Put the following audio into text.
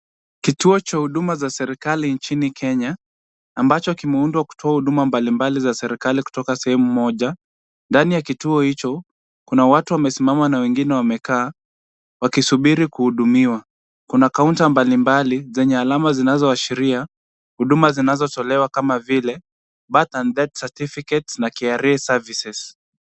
Kituo cha huduma za serikali nchini Kenya ambacho kimeundwa kutoa huduma mbalimbali za serikali kutoka sehemu moja. Ndani ya kituo hicho, kuna watu wamesimama na wengine wamekaa wakisubiri kuhudumiwa. Kuna kaunta mbalimbali zenye alama zinazoashiria huduma zinazotolewa kama vile Birth and Death Certificates na KRA Services .